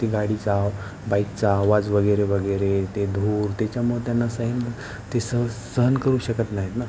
ती गाडीचा बाईकचा आवाजवगैरे वगैरे ते धूर त्याच्यामुळे त्यांना सहन ते सहन सहन करू शकत नाही ना